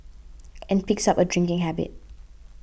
and picks up a drinking habit